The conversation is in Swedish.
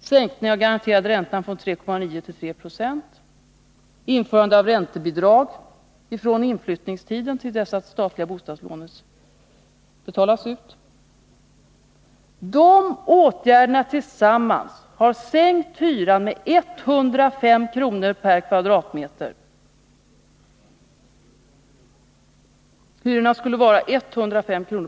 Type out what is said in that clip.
sänkningen av den garanterade räntan från 3,9 96 till 3 26 och införandet av räntebidrag från inflyttningstiden och fram till dess att statliga bostadslånet betalas ut sänkt hyran med 105 kr. per kvadratmeter. Hyrorna skulle vara 105 kr.